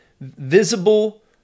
visible